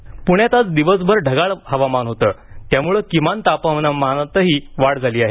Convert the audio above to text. हवामान प्ण्यात आज दिवसभर ढगाळ हवामान होतं त्यामुळे किमान तापमानातही वाढ झाली आहे